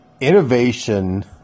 Innovation